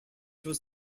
was